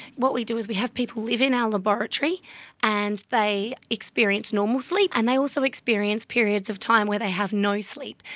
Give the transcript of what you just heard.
what we do is we have people live in our laboratory and they experience normal sleep and they also experience periods of time when they have no sleep.